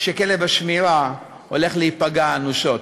שכלב השמירה הולך להיפגע אנושות.